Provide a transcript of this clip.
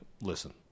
listen